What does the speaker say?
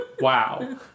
wow